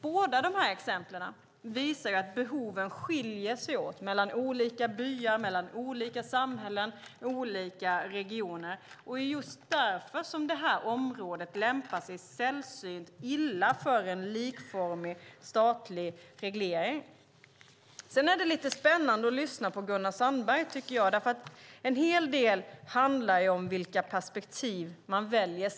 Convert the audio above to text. Båda dessa exempel visar att behoven skiljer sig åt mellan olika byar, olika samhällen och olika regioner. Det är just därför som det här området lämpar sig sällsynt illa för en likformig statlig reglering. Jag tycker att det är lite spännande att lyssna på Gunnar Sandberg. En hel del handlar om vilka perspektiv man väljer.